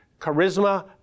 charisma